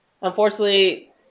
unfortunately